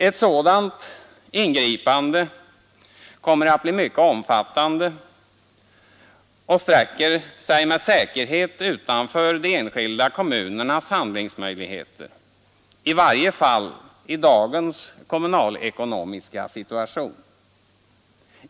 Ett sådant ingripande kommer att bli mycket omfattande och sträcker sig med säkerhet utanför de enskilda kommunernas handlingsmöjligheter, i varje fall i dagens kommunalekonomiska situation.